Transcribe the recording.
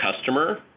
customer